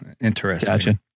Interesting